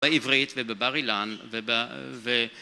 בעברית ובבר אילן וב...